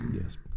Yes